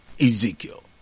Ezekiel